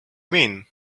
mean